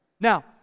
Now